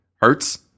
hurts